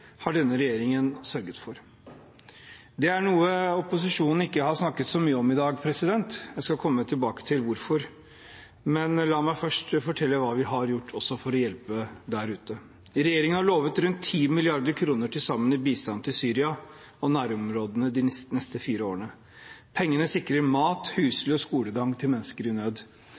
har denne regjeringen sørget for. Det er noe opposisjonen ikke har snakket så mye om i dag. Jeg skal komme tilbake til hvorfor, men la meg først fortelle hva vi har gjort for å hjelpe der ute. Regjeringen har lovet rundt 10 mrd. kr til sammen i bistand til Syria og nærområdene de neste fire årene. Pengene sikrer mat, husly og skolegang til mennesker i nød.